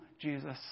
Jesus